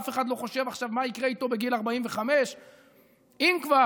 אף אחד לא חושב עכשיו מה יקרה איתו בגיל 45. אם כבר,